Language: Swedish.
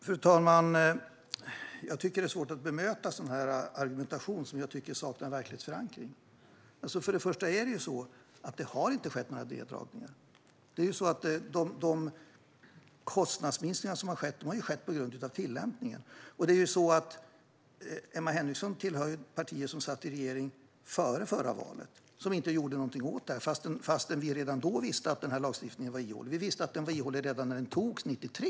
Fru talman! Det är svårt att bemöta sådan här argumentation, som jag tycker saknar verklighetsförankring. Det har inte skett några neddragningar. De kostnadsminskningar som har skett har skett på grund av tillämpningen. Emma Henriksson tillhör ett parti som satt i regeringen före förra valet och inte gjorde någonting åt det här, fastän vi redan då visste att den här lagstiftningen var ihålig. Vi visste att den var ihålig redan när den antogs 1993.